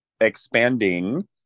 expanding